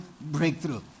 Breakthrough